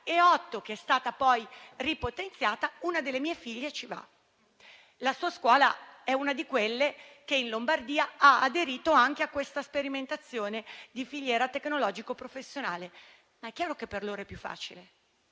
2008 e che è stata poi ripotenziata. Una delle mie figlie ci va. La sua scuola è una di quelle che in Lombardia ha aderito anche alla sperimentazione di filiera tecnologico-professionale. Ma è chiaro che per loro è più facile,